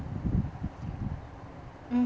mmhmm